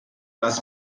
das